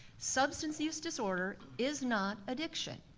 substance use disorder is not addiction.